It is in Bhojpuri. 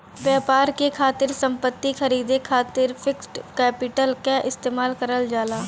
व्यापार के खातिर संपत्ति खरीदे खातिर फिक्स्ड कैपिटल क इस्तेमाल करल जाला